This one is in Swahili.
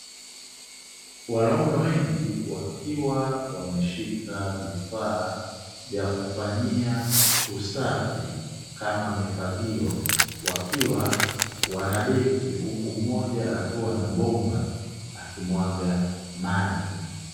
Wanaume wengi wakiwa wameshika vifaa vya kufanyia usafi, kama mifagio wakiwa wanadeki, huku mmoja akiwa na bomba akimwaga maji.